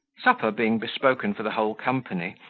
supper being bespoken for the whole company,